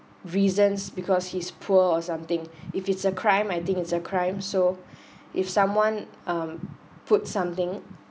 reasons because his is poor or something if it's a crime I think it's a crime so if someone um put something